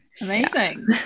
amazing